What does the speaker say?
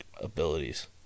abilities